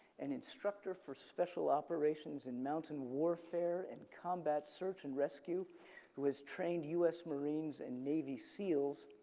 an instructor for special operations in mountain warfare and combat search and rescue who has trained us marines and navy seals.